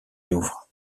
louvre